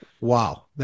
wow